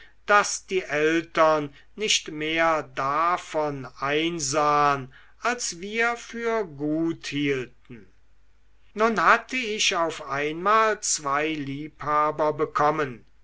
daß die eltern nicht mehr davon einsahen als wir für gut hielten nun hatte ich auf einmal zwei liebhaber bekommen